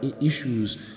issues